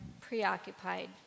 preoccupied